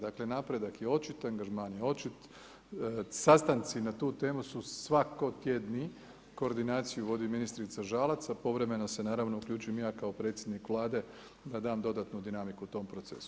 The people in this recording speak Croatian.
Dakle, napredak je očit, angažman je očit, sastanci na tu temu su svako tjedni, koordinaciju vodi ministrica Žalac, a povremeno se naravno uključim ja kao predsjednik Vlade da dam dodatnu dinamiku tom procesu.